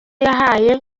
yahaye